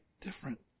different